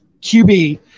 QB